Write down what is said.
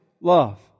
love